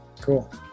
Cool